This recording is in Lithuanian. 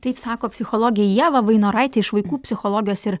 taip sako psichologė ieva vainoraitė iš vaikų psichologijos ir